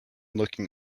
looking